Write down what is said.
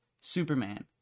Superman